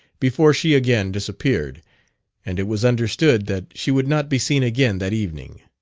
before she again disappeared and it was understood that she would not be seen again that evening.